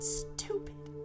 stupid